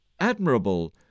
Admirable